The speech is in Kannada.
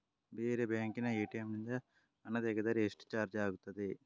ಬೇರೆ ಬ್ಯಾಂಕಿನ ಎ.ಟಿ.ಎಂ ನಿಂದ ಹಣ ತೆಗೆದರೆ ಎಷ್ಟು ಚಾರ್ಜ್ ಆಗುತ್ತದೆ?